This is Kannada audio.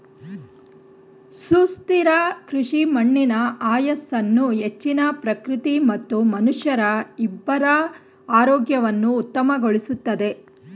ಸುಸ್ಥಿರ ಕೃಷಿ ಮಣ್ಣಿನ ಆಯಸ್ಸನ್ನು ಹೆಚ್ಚಿಸಿ ಪ್ರಕೃತಿ ಮತ್ತು ಮನುಷ್ಯರ ಇಬ್ಬರ ಆರೋಗ್ಯವನ್ನು ಉತ್ತಮಗೊಳಿಸುತ್ತದೆ